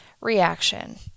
reaction